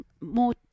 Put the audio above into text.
more